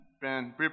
Ben